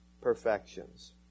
perfections